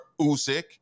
Usyk